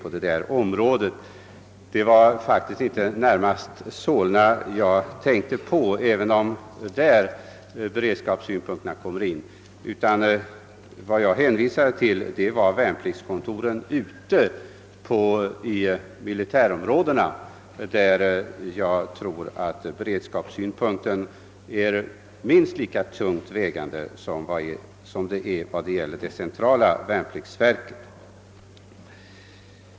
Emellertid var det inte enbart Solna jag avsåg, utan jag syftade på värnpliktskontoren ute i militärområdena. Jag tror att beredskapssynpunkten är minst lika tungt vägande med avseende på dem som när det gäller det centrala värnpliktsverket.